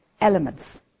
elements